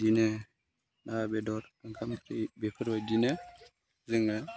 बिदिनो ना बेदर ओंखाम ओंख्रि बेफोरबायदिनो जोंनो